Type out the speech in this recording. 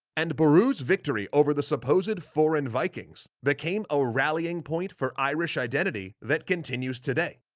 and beru's victory over the supposed foreign vikings became a rallying point for irish identity, that continues today.